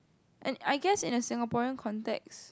and I guess in a Singaporean context